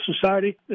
Society